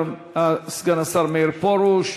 סגן השר מאיר פרוש.